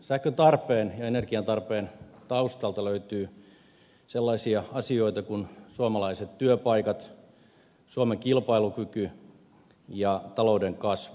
sähköntarpeen ja energiantarpeen taustalta löytyy sellaisia asioita kuin suomalaiset työpaikat suomen kilpailukyky ja talouden kasvu